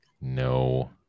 no